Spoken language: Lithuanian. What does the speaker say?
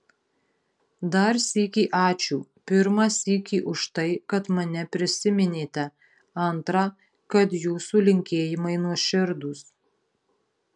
dar sykį ačiū pirmą sykį už tai kad mane prisiminėte antrą kad jūsų linkėjimai nuoširdūs